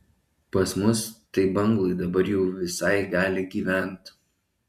pas mus tai banglai dabar jau visai gali gyvent